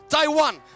Taiwan